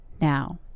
now